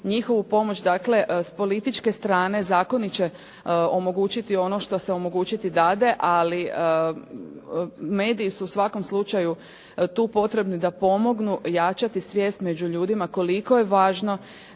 njihovu pomoć, dakle, s političke strane zakoni će omogućiti ono što se omogućiti dade, ali mediji su u svakom slučaju tu potrebni da pomognu jačati svijest među ljudima koliko je važno